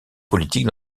politique